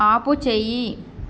ఆపుచేయి